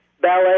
ballet